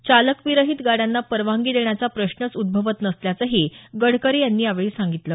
चालकविरहित गाडयांना परवानगी देण्याचा प्रश्नच उद्भवत नसल्याचंही गडकरी यांनी यावेळी सांगितलं